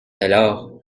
alors